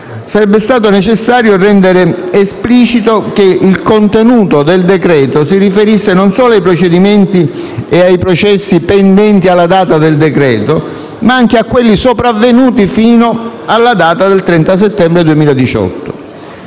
non è stato approvato) rendere esplicito che il contenuto del decreto-legge si riferisce non solo ai procedimenti e ai processi pendenti alla data del decreto, ma anche a quelli sopravvenuti fino alla data del 30 settembre 2018.